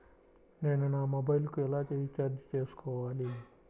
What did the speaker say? నేను నా మొబైల్కు ఎలా రీఛార్జ్ చేసుకోవాలి?